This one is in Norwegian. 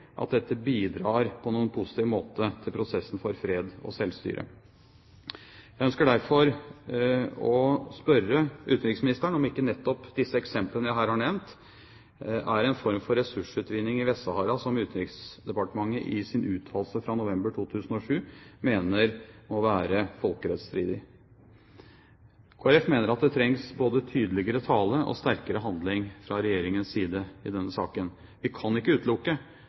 at dette bidrar på noen positiv måte til prosessen for fred og selvstyre. Jeg ønsker derfor å spørre utenriksministeren om ikke nettopp disse eksemplene jeg her har nevnt, er en form for ressursutvinning i Vest-Sahara som Utenriksdepartementet i sin uttalelse fra november 2007 mener må være folkerettsstridig. Kristelig Folkeparti mener at det trengs både tydeligere tale og sterkere handling fra Regjeringens side i denne saken. Vi kan ikke utelukke